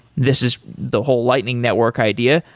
this is the whole lightning network idea,